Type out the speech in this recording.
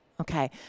Okay